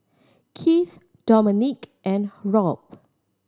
Kieth Dominque and Rob